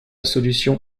solution